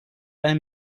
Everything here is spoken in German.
eine